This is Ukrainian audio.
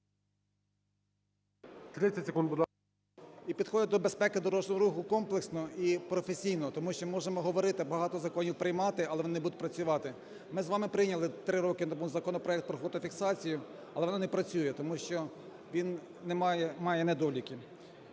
…і підходити до безпеки дорожнього руху комплексно і професійно, тому що можемо говорити, багато законів приймати, але вони не будуть працювати. Ми з вами прийняли три роки тому законопроект про фотофіксацію, але вона не працює, тому що він не має… має недоліки.